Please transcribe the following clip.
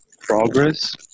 progress